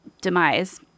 demise